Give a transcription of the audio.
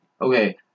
Okay